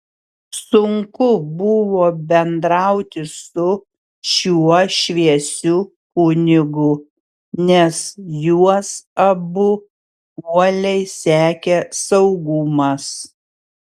sunku buvo bendrauti su šiuo šviesiu kunigu nes juos abu uoliai sekė saugumas